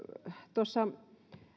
tuossa